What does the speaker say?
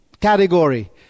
category